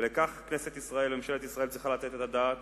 ולכך כנסת ישראל וממשלת ישראל צריכות לתת את הדעת,